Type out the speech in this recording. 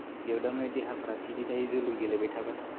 बेयाव दा माने देहाफ्रा फिथयै थायो जोलुर गेलेबाय थाब्ला